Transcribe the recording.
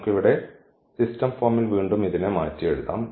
നമുക്ക് ഇവിടെ സിസ്റ്റം ഫോമിൽ വീണ്ടും ഇതിനെ മാറ്റി എഴുതാം